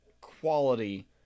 quality